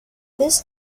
this